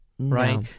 Right